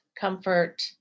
comfort